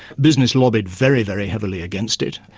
business lobbied very, very heavily against it,